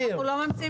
אנחנו לא ממציאים.